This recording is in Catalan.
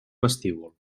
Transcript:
vestíbul